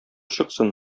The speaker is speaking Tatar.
чыксын